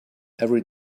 every